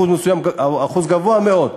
אחוז גבוה מאוד,